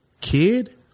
Kid